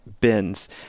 Bins